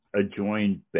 adjoined